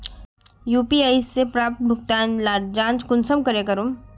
मुई यु.पी.आई से प्राप्त भुगतान लार जाँच कुंसम करे करूम?